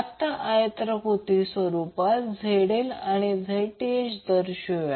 आता आयताकृती स्वरूपात ZL आणि Zth दर्शवूया